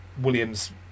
William's